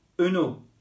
Uno